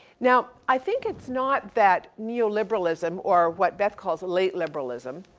now i think it's not that neoliberalism, or what beth calls late liberalism,